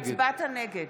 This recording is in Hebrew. אתה הצבעת נגד.